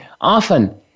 Often